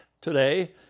today